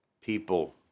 people